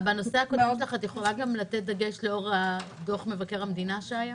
בנושא הקודם את תוכלי לתת דגש לדברי המבקר בדוח האחרון?